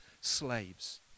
slaves